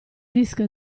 disk